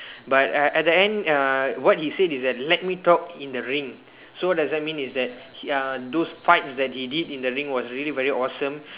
but uh at the end uh what he said is that let me talk in the ring so does that mean is that uh those fights that he did in the ring was really very awesome